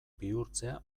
bihurtzea